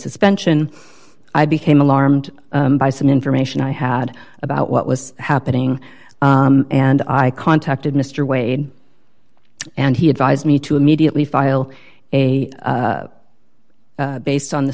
suspension i became alarmed by some information i had about what was happening and i contacted mr wade and he advised me to immediately file a based on the